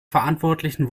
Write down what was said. verantwortlichen